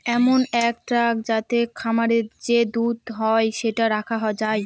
এমন এক ট্যাঙ্ক যাতে খামারে যে দুধ হয় সেটা রাখা যায়